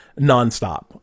nonstop